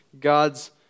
God's